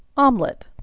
omelet.